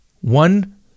One